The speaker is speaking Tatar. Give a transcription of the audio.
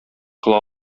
кыла